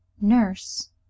Nurse